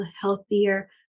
healthier